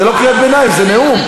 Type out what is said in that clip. זו לא קריאת ביניים, זה נאום.